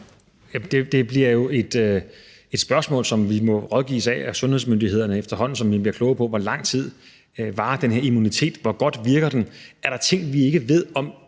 Det bliver jo et spørgsmål, som vi må få rådgivning om af sundhedsmyndighederne, efterhånden som vi bliver klogere på, hvor lang tid den her immunitet varer, og hvor godt den virker. Det er